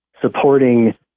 supporting